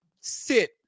sit